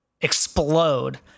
explode